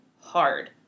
hard